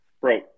Bro